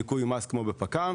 ניכוי מס כמו בפק"ם,